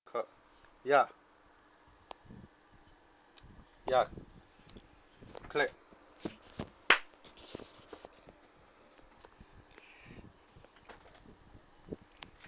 c